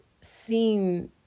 seen